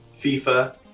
FIFA